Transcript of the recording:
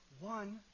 one